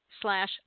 slash